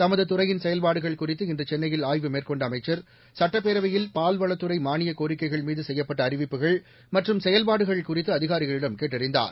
தமது துறையிள் செயல்பாடுகள் குறித்து இன்று சென்னையில் ஆய்வு மேற்கொண்ட அமைச்சர் சட்டப்பேரவையில் பால்வளத்துறை மாளிய கோரிக்கைகள் மீது செய்யப்பட்ட அறிவிப்புகள் மற்றும் செயல்பாடுகள் குறித்து அதிகாரிகளிடம் கேட்டறிந்தார்